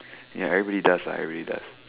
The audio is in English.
ya everybody does lah everybody does